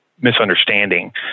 misunderstanding